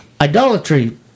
idolatry